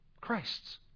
Christ's